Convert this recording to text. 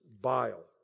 bile